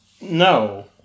no